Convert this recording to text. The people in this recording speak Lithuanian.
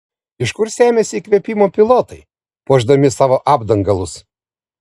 iš kur semiasi įkvėpimo pilotai puošdami savo apdangalus